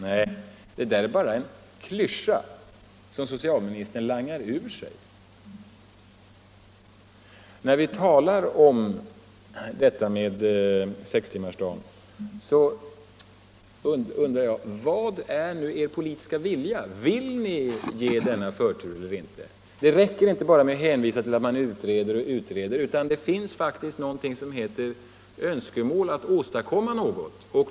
Nej, det där är bara en klyscha som socialministern ”langar” ur sig. När vi talar om detta med sextimmarsdagen undrar jag: Vad är nu er politiska vilja? Vill ni ge denna förtur eller inte? Det räcker inte att hela tiden hänvisa till att man utreder, utan det finns faktiskt någonting som heter önskemål om att åstadkomma något.